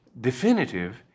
definitive